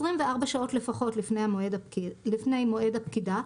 24 שעות לפחות לפני מועד הפקידה,